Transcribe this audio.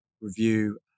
review